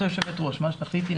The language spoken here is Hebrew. את היושבת-ראש, מה שתחליטי נעשה.